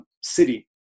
city